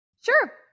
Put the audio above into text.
sure